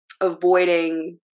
avoiding